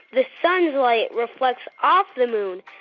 the sun's light reflects off the moon.